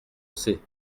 sait